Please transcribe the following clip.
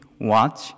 watch